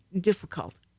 difficult